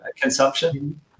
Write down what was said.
consumption